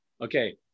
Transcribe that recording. okay